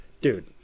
dude